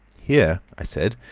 here, i said,